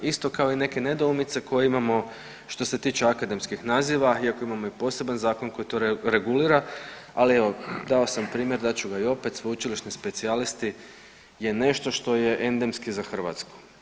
Isto kao i neke nedoumice koje imamo što se tiče akademskih naziva iako imamo i poseban zakon koji to regulira, ali evo dao sam primjer dat ću ga i opet, sveučilišni specijalisti je nešto što je endemski za Hrvatsku.